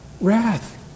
Wrath